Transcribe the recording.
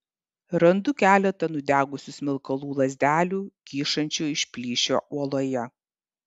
randu keletą nudegusių smilkalų lazdelių kyšančių iš plyšio uoloje